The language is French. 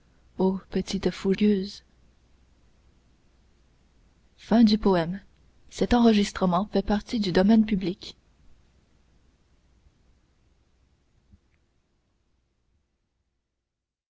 ô petite fougueuse